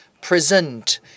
present